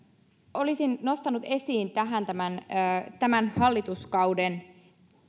olisin nostanut esiin tämän tämän hallituskauden